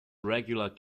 regular